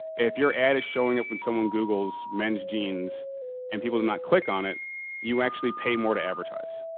if your ad is showing up when someone googles men's jeans and people do not click on it you actually pay more to advertise.